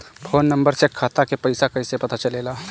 Phone number से खाता के पइसा कईसे पता चलेला?